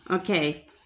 Okay